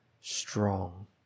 strong